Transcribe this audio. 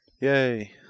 Yay